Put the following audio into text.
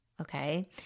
Okay